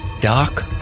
Doc